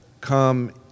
come